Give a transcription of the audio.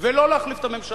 הממשלה ולא להחליף את הממשלה.